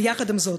אבל עם זאת,